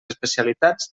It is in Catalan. especialitats